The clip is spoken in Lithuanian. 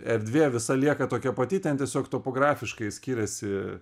erdvė visa lieka tokia pati ten tiesiog topografiškai skiriasi